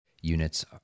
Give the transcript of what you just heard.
units